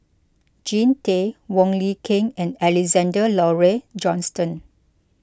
Jean Tay Wong Lin Ken and Alexander Laurie Johnston